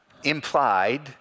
implied